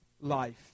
life